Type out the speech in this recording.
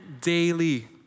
daily